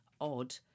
odd